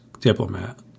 diplomat